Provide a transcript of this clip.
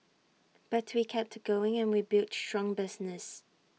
but we kept going and we built strong business